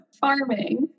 farming